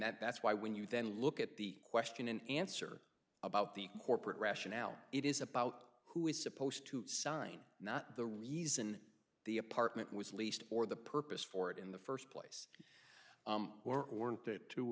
that that's why when you then look at the question and answer about the corporate rationale it is about who is supposed to sign not the reason the apartment was leased or the purpose for it in the first place were or weren't that two